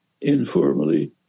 informally